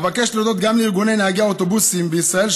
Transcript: אבקש להודות גם לארגוני נהגי האוטובוסים בישראל,